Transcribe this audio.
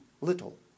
little